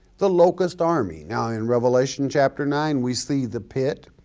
the locust army. now in revelation chapter nine, we see the pit,